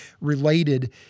related